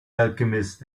alchemist